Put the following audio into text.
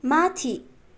माथि